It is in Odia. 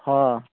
ହଁ